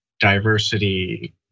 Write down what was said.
diversity